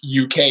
UK